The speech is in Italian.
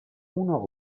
uno